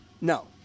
No